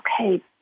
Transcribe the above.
okay